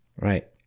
Right